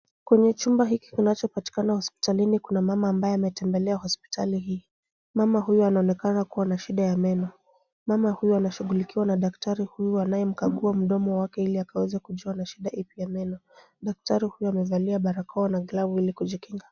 Kwenye chumba hiki kinachopatikana hospitalini kuna mama ambaye ametembelea hospitali hii. Mama huyu anaonekana kuwa na shida ya meno. Mama huyu anashughulikiwa na daktari huyu anayemkagua mdomo wake ili akaweze kujua ana shida ipi ya meno. Daktari huyu amevalia barakoa na glavu ili kujikinga.